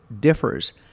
differs